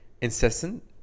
incessant